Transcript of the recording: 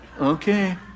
Okay